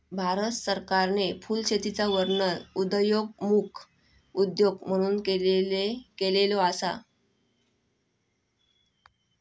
भारत सरकारने फुलशेतीचा वर्णन उदयोन्मुख उद्योग म्हणून केलेलो असा